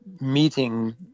meeting